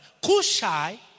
Kushai